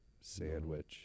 sandwich